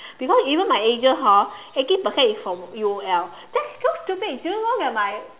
because even my agents hor eighty percent is from U_O_L that's so stupid do you know that my